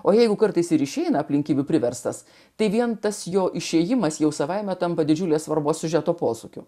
o jeigu kartais ir išeina aplinkybių priverstas tai vien tas jo išėjimas jau savaime tampa didžiulės svarbos siužeto posūkių